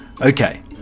Okay